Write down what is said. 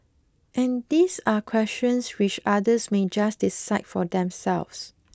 and these are questions which others may just decide for themselves